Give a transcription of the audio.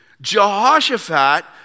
Jehoshaphat